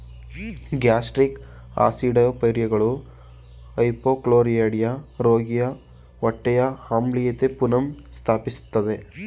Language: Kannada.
ಗ್ಯಾಸ್ಟ್ರಿಕ್ ಆಸಿಡಿಫೈಯರ್ಗಳು ಹೈಪೋಕ್ಲೋರಿಡ್ರಿಯಾ ರೋಗಿಯ ಹೊಟ್ಟೆಯ ಆಮ್ಲೀಯತೆ ಪುನಃ ಸ್ಥಾಪಿಸ್ತದೆ